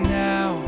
now